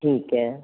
ਠੀਕ ਹੈ